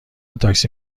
تاکسی